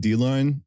D-line